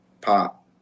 pop